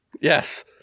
Yes